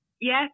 yes